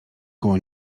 koło